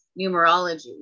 numerology